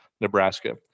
Nebraska